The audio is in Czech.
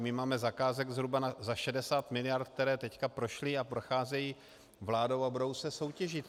My máme zakázek zhruba za 60 mld., které teď prošly a procházejí vládou a budou se soutěžit.